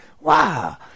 Wow